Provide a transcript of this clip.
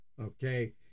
Okay